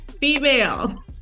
female